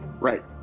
Right